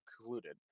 included